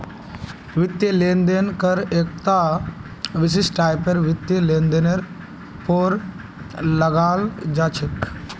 वित्तीय लेन देन कर एकता विशिष्ट टाइपेर वित्तीय लेनदेनेर पर लगाल जा छेक